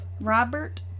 Robert